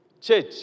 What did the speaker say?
church